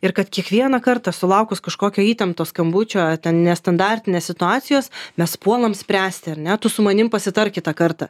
ir kad kiekvieną kartą sulaukus kažkokio įtempto skambučio ten nestandartinės situacijos mes puolam spręsti ar ne tu su manim pasitark kitą kartą